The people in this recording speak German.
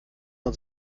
man